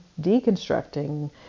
deconstructing